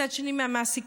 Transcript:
מצד שני מהמעסיקים,